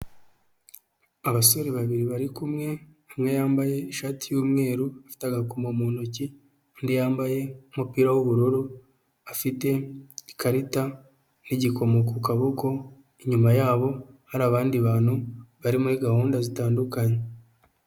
Abasore babiri bari kumwe, umwe yambaye ishati y'umweru afite agakomo mu ntoki, undi yambaye umupira w'ubururu afite ikarita n'igikomo ku kaboko, inyuma yabo hari abandi bantu bari muri gahunda zitandukanye.